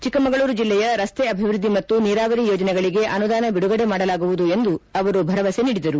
ಚಿಕ್ಕಮಗಳೂರು ಜಿಲ್ಲೆಯ ರಸ್ತೆ ಅಭಿವೃದ್ಧಿ ಮತ್ತು ನೀರಾವರಿ ಯೋಜನೆಗಳಿಗೆ ಅನುದಾನ ಬಿಡುಗಡೆ ಮಾಡಲಾಗುವುದು ಎಂದು ಅವರು ಭರವಸೆ ನೀಡಿದರು